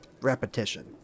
repetition